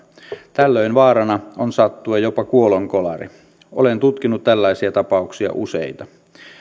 tällöin vaarana on sattua jopa kuolonkolari olen tutkinut tällaisia tapauksia useita